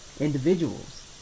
individuals